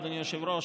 אדוני היושב-ראש,